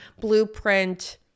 blueprint